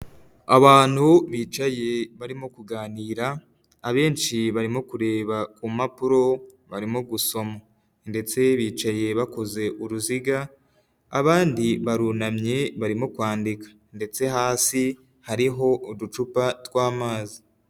Abantu bicaye barimo kuganira, abenshi barimo kureba ku mpapuro barimo gusoma ndetse bicaye bakoze uruziga abandi barunamye barimo kwandika ndetse hasi hariho uducupa tw'amazi.